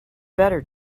better